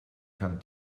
kann